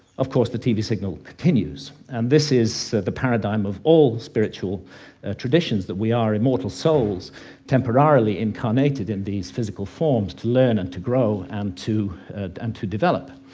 of course the tv signal continues. and this is the paradigm of all spiritual traditions that we are immortal souls temporarily incarnated in these physical forms, to learn and to grow and to and to develop.